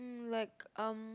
like um